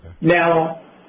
Now